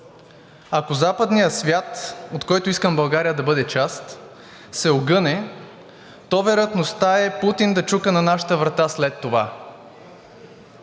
Ако западният свят, от който искам България да бъде част, се огъне, то вероятността е Путин да чука на нашата врата след това.